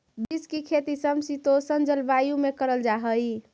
beans की खेती समशीतोष्ण जलवायु में करल जा हई